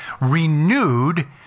renewed